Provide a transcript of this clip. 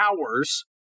hours